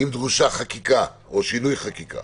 אם דרושה חקיקה או שינוי חקיקה